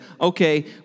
okay